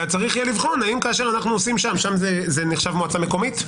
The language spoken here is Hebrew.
וצריך יהיה לבחון שם זה נחשב מועצה מקומית?